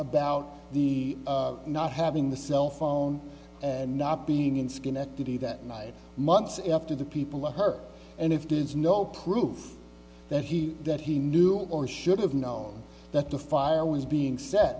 about the not having the cell phone and not being in schenectady that night months after the people were hurt and if there is no proof that he that he knew or should have known that the file is being s